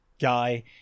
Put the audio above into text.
guy